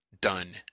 done